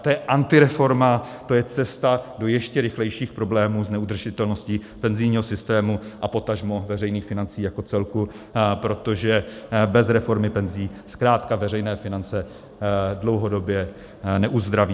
To je antireforma, to je cesta do ještě rychlejších problémů s neudržitelností penzijního systému a potažmo veřejných financí jako celku, protože bez reformy penzí zkrátka veřejné finance dlouhodobě neuzdravíme.